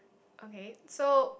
okay so